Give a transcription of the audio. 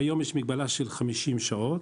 כיום יש מגבלה של 50 שעות.